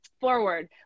forward